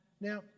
Now